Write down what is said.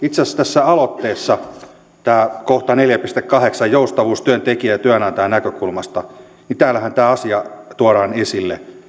itse asiassa tässä aloitteessa täällä kohdassa neljä piste kahdeksan joustavuus työntekijän ja työnantajan näkökulmasta tämä asia tuodaan esille